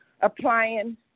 applying